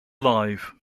alive